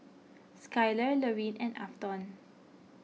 Skyler Lorine and Afton